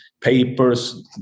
papers